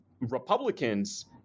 Republicans